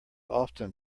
often